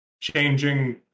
changing